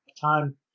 time